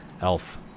elf